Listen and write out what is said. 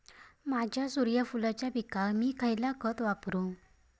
माझ्या सूर्यफुलाच्या पिकाक मी खयला खत वापरू?